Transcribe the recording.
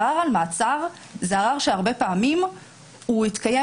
ערר על מעצר זה ערר שהרבה פעמים הוא התקיים